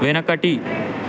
వెనకటి